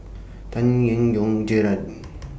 Tan Eng Yoon Gerard